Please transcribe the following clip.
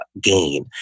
gain